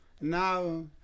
Now